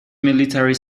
military